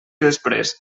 després